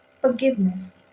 forgiveness